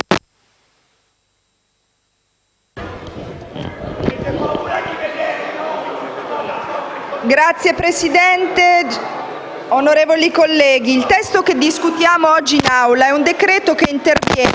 Signora Presidente, onorevoli colleghi, il testo che discutiamo oggi in Assemblea è un decreto-legge che interviene